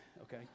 okay